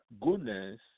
goodness